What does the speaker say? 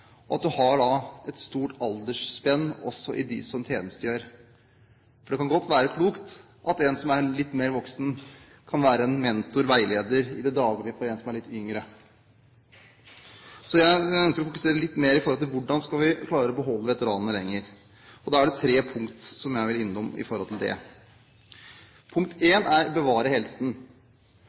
og at vi har et stort aldersspenn også blant dem som tjenestegjør. For det kan godt være klokt at en som er litt mer voksen, kan være en mentor, en veileder, i det daglige for en som er litt yngre. Så jeg ønsker å fokusere litt mer på hvordan vi skal klare å beholde veteranene lenger. Da er det tre punkter jeg vil innom med hensyn til det. Punkt 1 er å bevare helsen,